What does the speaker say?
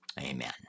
Amen